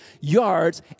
yards